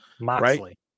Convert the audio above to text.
moxley